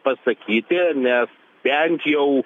pasakyti nes bent jau